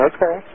Okay